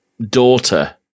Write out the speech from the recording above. daughter